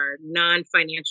non-financial